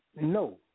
No